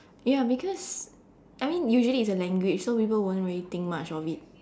ya because I mean usually it's a language so people won't really think much of it